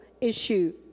issue